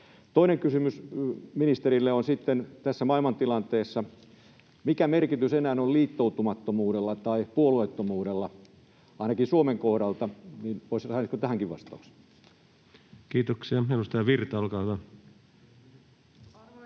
Toinen kysymys ministerille on: Mikä merkitys tässä maailmantilanteessa enää on liittoutumattomuudella tai puolueettomuudella ainakin Suomen kohdalta? Voisiko saada tähänkin vastauksen? Kiitoksia. — Edustaja Virta, olkaa hyvä.